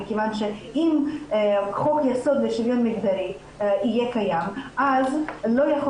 מכיוון שאם חוק יסוד לשוויון מגדרי יהיה קיים אז לא יכול